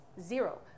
Zero